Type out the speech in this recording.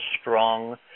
strong